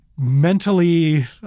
Mentally